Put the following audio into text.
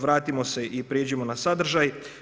Vratimo se i prijeđimo na sadržaj.